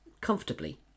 comfortably